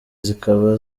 zikaba